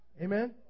Amen